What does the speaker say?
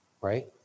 right